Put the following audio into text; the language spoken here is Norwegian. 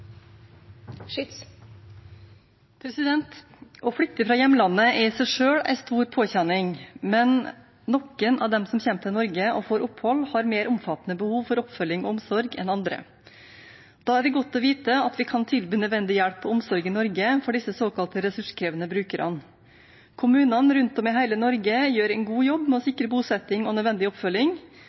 i seg selv en stor påkjenning, men noen av dem som kommer til Norge og får opphold, har mer omfattende behov for oppfølging og omsorg enn andre. Da er det godt å vite at vi kan tilby nødvendig hjelp og omsorg i Norge for disse såkalt ressurskrevende brukerne. Kommunene rundt om i hele Norge gjør en god jobb med å sikre bosetting og nødvendig oppfølging.